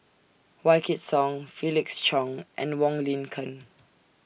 Wykidd Song Felix Cheong and Wong Lin Ken